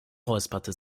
räusperte